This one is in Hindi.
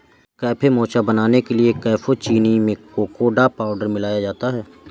कैफे मोचा को बनाने के लिए कैप्युचीनो में कोकोडा पाउडर मिलाया जाता है